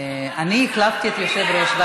אני החלפתי את היושב-ראש,